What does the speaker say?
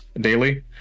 daily